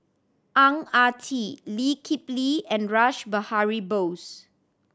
Ang Ah Tee Lee Kip Lee and Rash Behari Bose